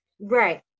Right